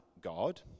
god